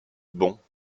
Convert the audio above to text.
bons